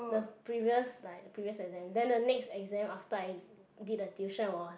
the previous like the previous exam then the next exam after I did the tuition was